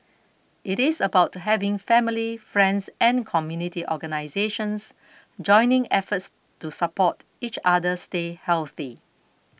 it is about having family friends and community organisations joining efforts to support each other stay healthy